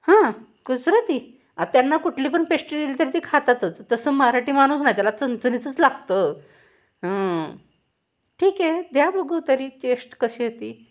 हां गुजराती आ त्यांना कुठली पण पेश्ट्री दिली तरी ती खातातच तसं मराठी माणूस नाही त्याला चमचमीतच लागतं ठीक आहे द्या बघू तरी टेस्ट कशी आहे ती